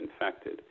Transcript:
infected